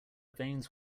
veins